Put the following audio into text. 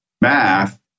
math